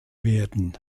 werden